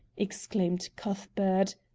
exclaimed cuthbert.